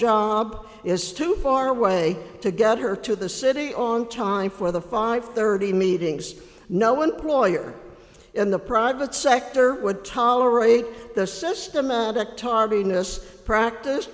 job is too far away to get her to the city on time for the five thirty meetings no one poirier in the private sector would tolerate the systematic tardiness practice